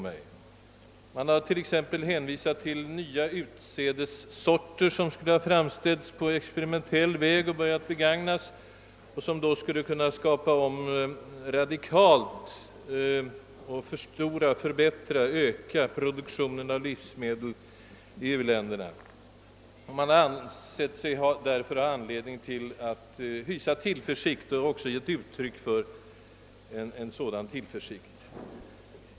Man har t.ex. hänvisat till nya utsädessorter som skulle ha framställts på experimentell väg och börjat begagnas. Dessa skulle radikalt kunna omskapa, förbättra och öka produktionen av livsmedel i u-länderna. Man har därför ansett sig ha anledning till att hysa tillförsikt, och man har också här givit uttryck för en sådan tillförsikt.